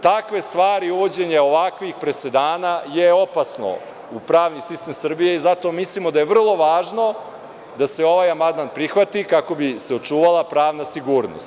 Takve stvari, uvođenje ovakvih presedana je opasno u pravni sistem Srbije i zato mislimo da je vrlo važno da se ovaj amandman prihvati, kako bi se očuvala pravna sigurnost.